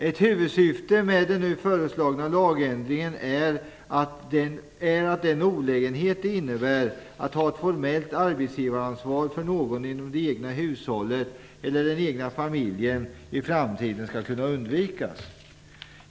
Ett huvudsyfte med den nu föreslagna lagändringen är att den olägenhet det innebär att ha ett formellt arbetsgivaransvar för någon inom det egna hushållet eller den egna familjen skall kunna undvikas i framtiden.